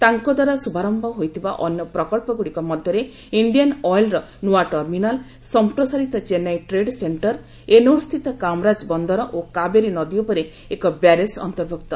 ତାଙ୍କ ଦ୍ୱାରା ଶୁଭାରମ୍ଭ ହୋଇଥିବା ଅନ୍ୟ ପ୍ରକଳ୍ପଗୁଡ଼ିକ ମଧ୍ୟରେ ଇଣ୍ଡିଆନ୍ ଅଏଲ୍ର ନୂଆ ଟର୍ମିନାଲ୍ ସମ୍ପ୍ରସାରିତ ଚେନ୍ନାଇ ଟ୍ରେଡ୍ ସେଣ୍ଟର ଏନୋର ସ୍ଥିତ କାମରାଜ ବନ୍ଦର ଓ କାବେରୀ ନଦୀ ଉପରେ ଏକ ବ୍ୟାରେଜ୍ ଅନ୍ତର୍ଭୁକ୍ତ